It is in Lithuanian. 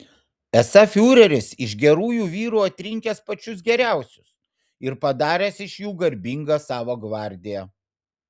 esą fiureris iš gerųjų vyrų atrinkęs pačius geriausius ir padaręs iš jų garbingą savo gvardiją